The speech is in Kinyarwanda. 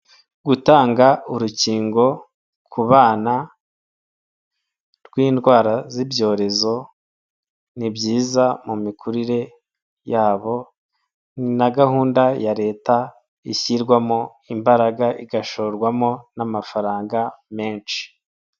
Gutanga urukingo ku bana rw'indwara z'ibyorezo ni byiza mu mikurire yabo ni na gahunda ya leta ishyirwamo imbaraga igashorwamo n'amafaranga menshi.